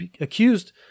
accused